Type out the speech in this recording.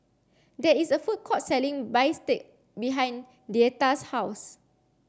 there is a food court selling Bistake behind Deetta's house